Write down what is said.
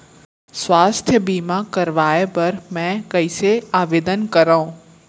स्वास्थ्य बीमा करवाय बर मैं कइसे आवेदन करव?